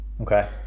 okay